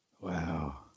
Wow